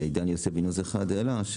שעידן יוסף מ"ניוז 1" העלה,